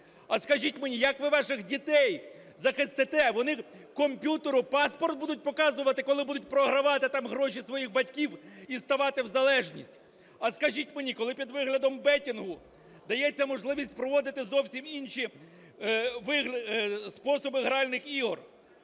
А скажіть мені, як ви ваших дітей захистите? Вони комп'ютеру паспорт будуть показувати, коли будуть програвати там гроші своїх батьків і ставати в залежність? А скажіть мені, коли під виглядом беттінгу дається можливість проводити зовсім інші способи гральних ігор?